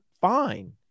Fine